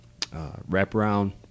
wraparound